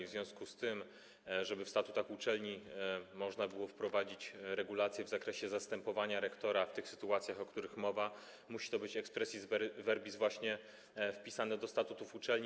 W związku z tym, żeby w statutach uczelni można było wprowadzić regulacje w zakresie zastępowania rektora w tych sytuacjach, o których mowa, musi to być expressis verbis właśnie do nich wpisane.